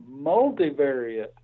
multivariate